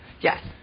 Yes